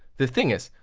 the thing is,